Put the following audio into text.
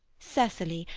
cecily,